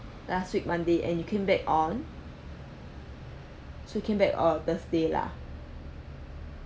last week monday and you came back on so you came back on thursday lah